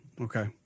Okay